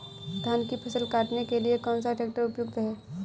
धान की फसल काटने के लिए कौन सा ट्रैक्टर उपयुक्त है?